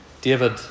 David